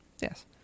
Yes